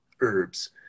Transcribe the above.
herbs